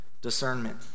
discernment